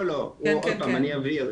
עוד פעם, אני אבהיר.